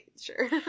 Sure